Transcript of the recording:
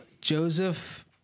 joseph